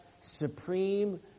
supreme